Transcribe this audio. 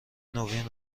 نوین